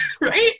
right